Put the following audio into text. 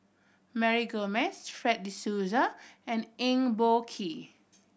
Mary Gomes Fred De Souza and Eng Boh Kee